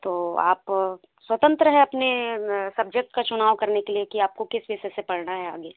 तो आप स्वतंत्र हैं अपने सब्जेक्ट का चुनाव करने के लिए कि आप को किस विषय से पढ़ना है आगे